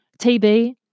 TB